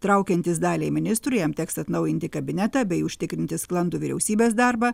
traukiantis daliai ministrų jam teks atnaujinti kabinetą bei užtikrinti sklandų vyriausybės darbą